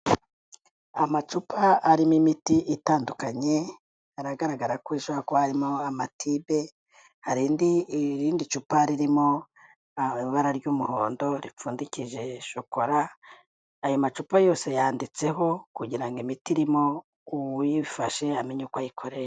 Amacupa arimo imiti itandukanye, aragaragara ko hashobora kuba harimo amatibe, hari irindi cupa ririmo ibara ry'umuhondo, ripfundikije shokora, ayo macupa yose yanditseho, kugira ngo imiti irimo, uyifashe amenye uko ayikoresha.